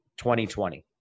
2020